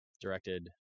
directed